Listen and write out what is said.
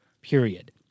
period